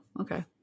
okay